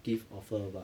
give offer but